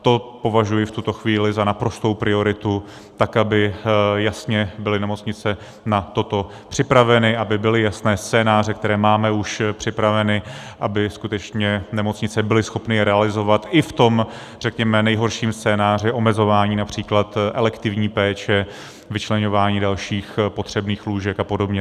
To považuji v tuto chvíli za naprostou prioritu, tak aby jasně byly nemocnice na toto připraveny, aby byly jasné scénáře, které máme už připraveny, aby skutečně nemocnice byly schopny je realizovat i v tom, řekněme, nejhorším scénáři, omezování například elektivní péče, vyčleňování dalších potřebných lůžek apod.